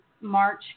March